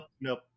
nope